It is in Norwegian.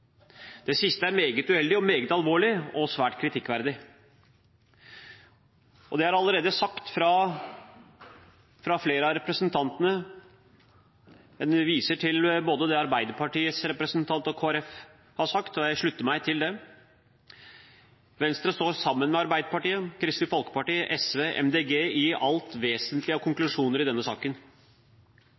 Det siste er meget uheldig, meget alvorlig og svært kritikkverdig. Det er allerede sagt av flere representanter Jeg viser til det både Arbeiderpartiets og Kristelig Folkepartis representant har sagt, og jeg slutter meg til dem. Venstre står sammen med Arbeiderpartiet, Kristelig Folkeparti, SV og MDG i det alt vesentlige av konklusjoner i denne saken.